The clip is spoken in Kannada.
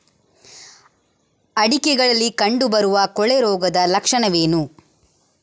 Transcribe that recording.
ಅಡಿಕೆಗಳಲ್ಲಿ ಕಂಡುಬರುವ ಕೊಳೆ ರೋಗದ ಲಕ್ಷಣವೇನು?